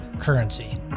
currency